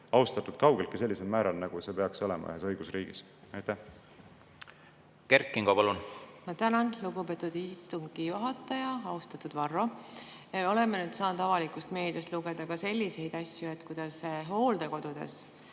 austatud kaugeltki sellisel määral, nagu see peaks ühes õigusriigis olema. Kert Kingo, palun! Ma tänan, lugupeetud istungi juhataja! Austatud Varro! Oleme nüüd saanud avalikust meediast lugeda ka selliseid asju, kuidas hooldekodudes